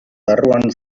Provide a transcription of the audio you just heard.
barruan